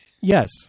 Yes